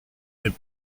n’est